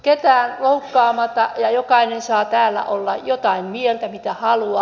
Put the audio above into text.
ketään loukkaamatta jokainen saa täällä olla jotain mieltä mitä haluaa